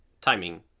timing